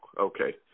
Okay